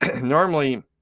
normally